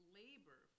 labor